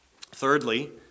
Thirdly